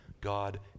God